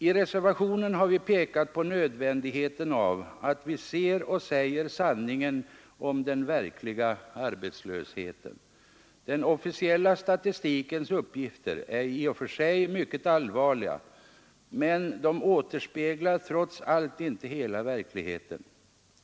I reservationen har vi pekat på nödvändigheten av att vi ser och säger sanningen om den verkliga arbetslösheten. Den officiella statistikens uppgifter är i och för sig mycket allvarliga, men de återspeglar trots allt inte hela verkligheten.